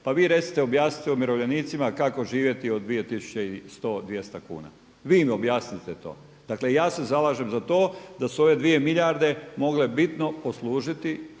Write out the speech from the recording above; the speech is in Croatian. pa vi recite, objasnite umirovljenicima kako živjeti od 2100, 200 kuna. Vi im objasnite to. Dakle, ja se zalažem za to da su ove dvije milijarde mogle bitno poslužiti